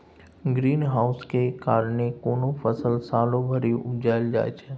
green house केर कारणेँ कोनो फसल सालो भरि उपजाएल जाइ छै